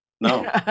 No